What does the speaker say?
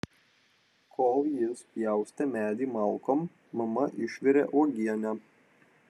kol jis pjaustė medį malkom mama išvirė uogienę